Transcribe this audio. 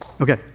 Okay